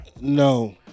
No